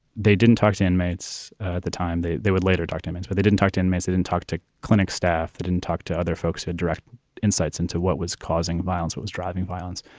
they didn't talk to inmates at the time. they they would later documents, but they didn't talk to inmates at and talked to clinic staff, didn't talk to other folks, had direct insights into what was causing violence, what was driving violence.